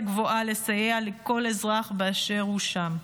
גבוהה לסייע לכל אזרח באשר הוא שם.